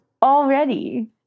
already